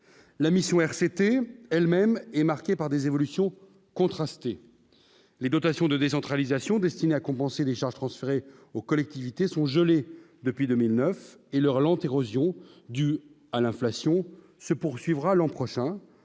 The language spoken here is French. la mission RCT elle-même est marquée par des évolutions contrastées, les dotations de décentralisation destinées à compenser les charges transférées aux collectivités sont gelés depuis 2009 et leur allant érosion due à l'inflation se poursuivra l'an prochain